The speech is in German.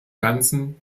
ganzen